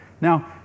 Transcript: Now